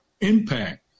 impact